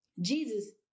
Jesus